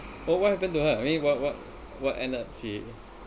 oh what happened to her I mean what what what end up she